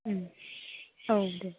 औ दे